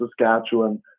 Saskatchewan